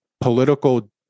Political